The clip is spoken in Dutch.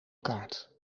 kaart